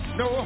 no